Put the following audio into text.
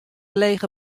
lege